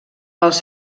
els